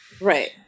Right